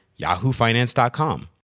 yahoofinance.com